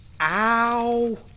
Ow